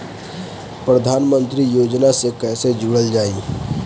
प्रधानमंत्री योजना से कैसे जुड़ल जाइ?